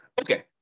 Okay